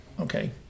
okay